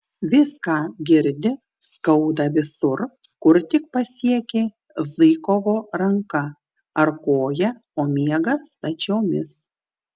viską girdi skauda visur kur tik pasiekė zykovo ranka ar koja o miega stačiomis